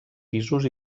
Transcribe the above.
pisos